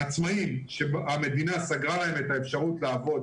שעצמאים שהמדינה סגרה להם את האפשרות לעבוד,